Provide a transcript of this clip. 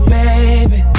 baby